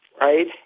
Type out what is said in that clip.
right